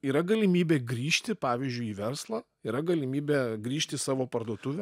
yra galimybė grįžti pavyzdžiui į verslą yra galimybė grįžti į savo parduotuvę